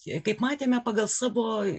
kaip matėme pagal savo